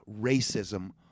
racism